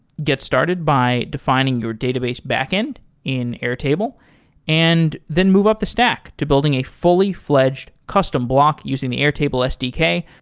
get started by defining your database backend in airtable and then move up the stack to building a fully-fledged custom block using the airtable sdk.